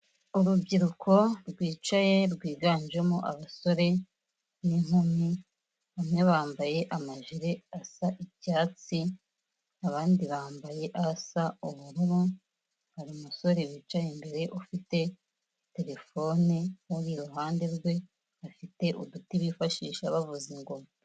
Urubyiruko rwicaye rwiganjemo abasore n'inkumi bane bambaye amajire asa icyatsi abandi bambaye asa ubururu hari umusore wicaye imbere ufite terefone uri iruhande rwe afite uduti bifashisha bavuza ingoma.